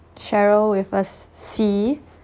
sheryl with a C